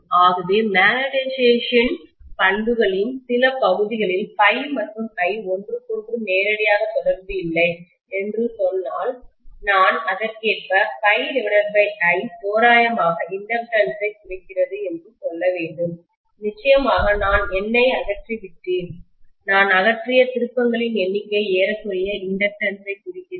ஆகவேமேக்னட்டைசேஷன் காந்தமயமாக்கல் பண்புகளின் சில பகுதிகளில் ∅ மற்றும் I ஒன்றுக்கொன்று நேரடியாக தொடர்பு இல்லை என்று சொன்னால் நான் அதற்கேற்ப ∅I தோராயமாக இண்டக்டன்ஸ்-ஐ குறிக்கிறது என்று சொல்ல வேண்டும் நிச்சயமாக நான் N ஐ அகற்றிவிட்டேன் நான் அகற்றிய திருப்பங்களின் எண்ணிக்கை ஏறக்குறைய இண்டக்டன்ஸ் ஐக் குறிக்கிறது